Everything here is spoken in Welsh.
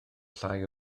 llai